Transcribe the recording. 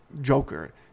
Joker